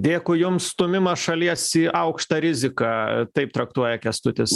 dėkui jums stūmimą šalies į aukštą riziką taip traktuoja kęstutis